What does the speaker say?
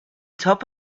top